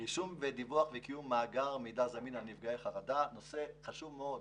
רישום ודיווח וקיום מאגר מידע זמין על נפגעי חרדה: זה נושא חשוב מאוד.